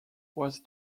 was